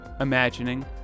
imagining